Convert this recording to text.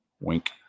Wink